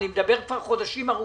אני מדבר כבר חודשים ארוכים,